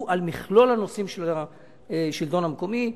הוא על מכלול הנושאים של השלטון המקומי,